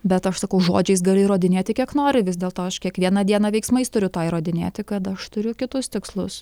bet aš sakau žodžiais gali įrodinėti kiek nori vis dėl to aš kiekvieną dieną veiksmais turiu tą įrodinėti kad aš turiu kitus tikslus